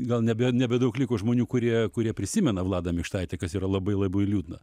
gal nebe nebedaug liko žmonių kurie kurie prisimena vladą mikštaitę kas yra labai labai liūdna